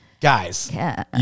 guys